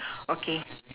okay